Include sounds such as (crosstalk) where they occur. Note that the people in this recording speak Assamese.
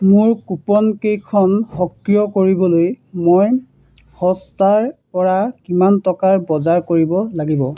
(unintelligible) মোৰ কুপনকেইখন সক্ৰিয় কৰিবলৈ মই হটষ্টাৰ পৰা কিমান টকাৰ বজাৰ কৰিব লাগিব